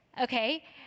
Okay